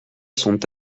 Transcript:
sont